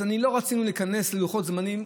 לא רצינו להיכנס ללוחות זמנים.